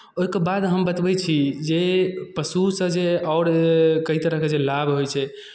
ओहिके बाद हम बतबै छी जे पशुसँ जे आओर कई तरहके जे लाभ होइ छै